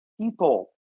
people